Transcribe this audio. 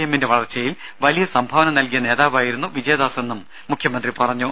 എമ്മിന്റെ വളർച്ചയിൽ വലിയ സംഭാവന നൽകിയ നേതാവായിരുന്നു വിജയദാസെന്നും മുഖ്യമന്ത്രി പറഞ്ഞു